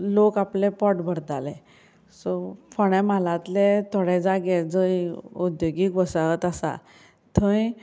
लोक आपलें पोट भरताले सो फोंड्या म्हालांतले थोडे जागे जंय उद्द्योगीक वसाहत आसा थंय